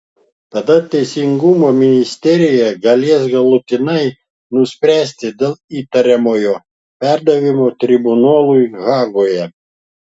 tada teisingumo ministerija galės galutinai nuspręsti dėl įtariamojo perdavimo tribunolui hagoje